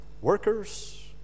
Workers